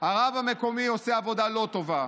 הרב המקומי עושה עבודה לא טובה,